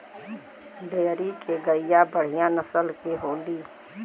dairy के गईया बढ़िया नसल के होली